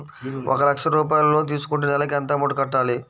ఒక లక్ష రూపాయిలు లోన్ తీసుకుంటే నెలకి ఎంత అమౌంట్ కట్టాలి?